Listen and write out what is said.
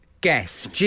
Guess